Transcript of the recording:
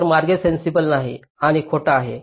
तर मार्ग सेन्सिबल नाही आणि खोटा आहे